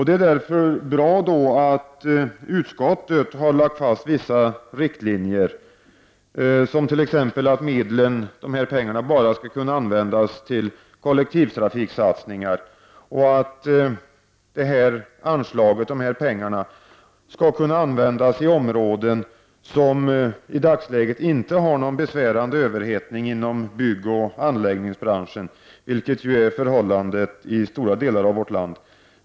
Det är därför bra att utskottet har lagt fast vissa riktlinjer som t.ex. att medlen endast skall kunna användas till kollektivtrafiksatsningar och att medel från anslaget skall kunna användas i områden som i dagsläget inte har någon besvärande överhettning inom byggoch anläggningsbranschen, vilket är förhållandet i stora delar av vårt land.